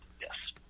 Yes